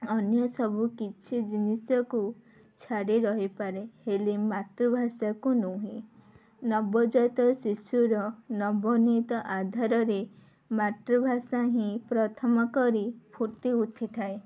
ଅନ୍ୟ ସବୁ କିଛି ଜିନିଷକୁ ଛାଡ଼ି ରହିପାରେ ହେଲେ ମାତୃଭାଷାକୁ ନୁହେଁ ନବଜାତ ଶିଶୁର ନବନୀତ ଆଧାରରେ ମାତୃଭାଷା ହିଁ ପ୍ରଥମ କରି ଫୁଟି ଉଠିଥାଏ